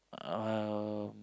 um